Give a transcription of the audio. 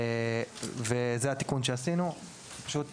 שינינו את